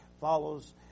follows